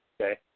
Okay